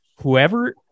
whoever